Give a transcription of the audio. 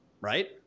right